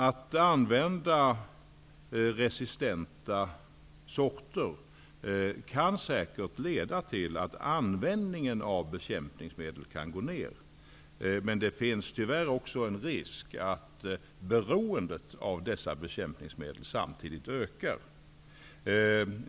Att använda resistenta sorter kan säkert leda till att användningen av bekämpningsmedel minskar. Men det finns tyvärr också en risk att beroendet av dessa bekämpningsmedel samtidigt ökar.